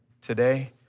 today